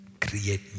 create